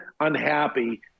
unhappy